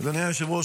אדוני היושב-ראש,